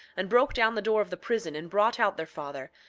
and broke down the door of the prison and brought out their father,